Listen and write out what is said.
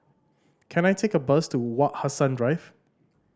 can I take a bus to Wak Hassan Drive